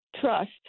trust